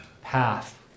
path